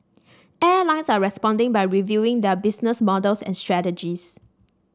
airlines are responding by reviewing their business models and strategies